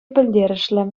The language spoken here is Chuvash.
пӗлтерӗшлӗ